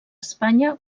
espanya